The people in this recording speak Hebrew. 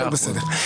הכול בסדר.